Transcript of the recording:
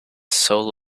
soul